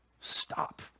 stop